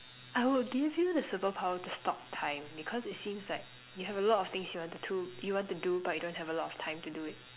I would give you the superpower to stop time because it seems like you have a lot of things you want to do you want to do but you don't have a lot of time to do it